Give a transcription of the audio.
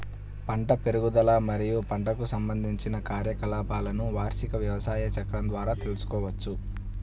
పంట పెరుగుదల మరియు పంటకు సంబంధించిన కార్యకలాపాలను వార్షిక వ్యవసాయ చక్రం ద్వారా తెల్సుకోవచ్చు